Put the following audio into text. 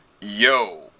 yo